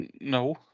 no